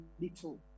little